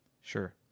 sure